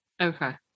Okay